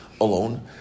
alone